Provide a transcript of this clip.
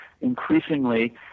increasingly